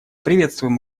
приветствуем